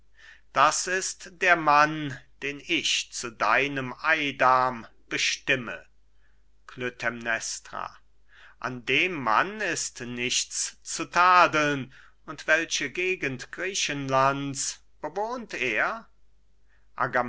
das ist der mann den ich zu deinem eidam bestimme klytämnestra an dem mann ist nichts zu tadeln und welche gegend griechenlands bewohnt er